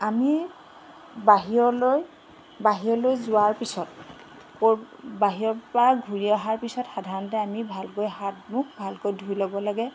আমি বাহিৰলৈ বাহিৰলৈ যোৱাৰ পিছত বাহিৰৰপৰা ঘূৰি অহাৰ পিছত সাধাৰণতে আমি ভালকৈ হাত মুখ ভালকৈ ধুই ল'ব লাগে